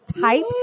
type